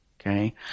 Okay